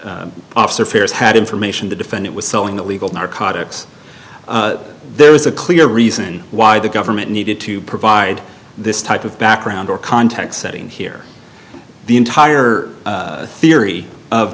that officer fares had information the defendant was selling the legal narcotics there was a clear reason why the government needed to provide this type of background or context setting here the entire theory of